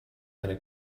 eine